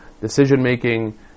decision-making